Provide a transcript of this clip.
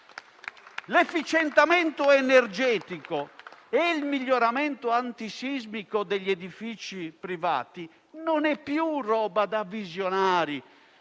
L'efficientamento energetico e il miglioramento antisismico degli edifici privati non sono più cose da visionari,